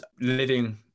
living